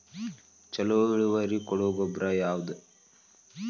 ಛಲೋ ಇಳುವರಿ ಕೊಡೊ ಗೊಬ್ಬರ ಯಾವ್ದ್?